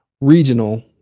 regional